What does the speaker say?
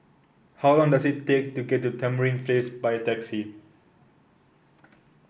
how long does it take to get to Tamarind Place by taxi